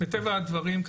מטבע הדברים,